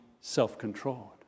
self-controlled